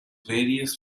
various